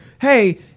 Hey